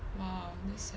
!wah! damn sad